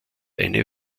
eine